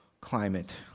climate